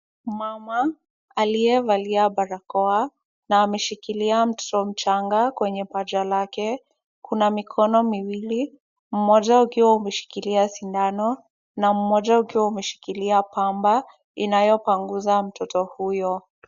Mama aliyevalia barakoa na ameshikilia mtoto mchanga kwenye paja lake. Kuna mikono miwili, mmoja ukiwa umeshikilia sindano na mmoja ukiwa umeshikilia pamba inayopanguza mtoto huyo.